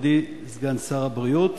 מכובדי סגן שר הבריאות,